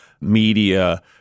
media